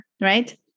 right